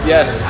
Yes